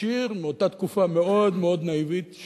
ישיר מאותה תקופה מאוד נאיבית,